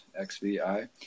XVI